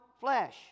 flesh